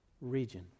region